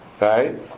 Right